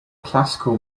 classical